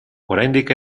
oraindik